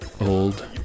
old